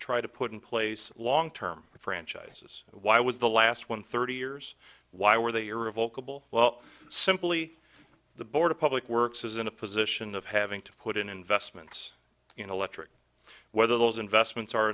try to put in place long term franchises why was the last one thirty years why were they are revokable well simply the board of public works is in a position of having to put in investments in electric whether those investments are